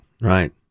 right